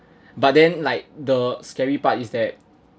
but then like the scary part is that